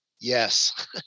Yes